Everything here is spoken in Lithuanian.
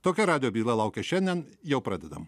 tokia radijo byla laukia šiandien jau pradedame